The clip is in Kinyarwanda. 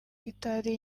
itari